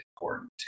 important